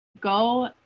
go